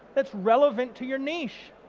that's relevant to your niche,